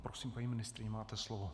Prosím, paní ministryně, máte slovo.